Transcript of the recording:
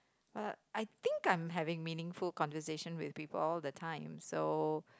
but I think I'm having meaningful conversation with people all the time so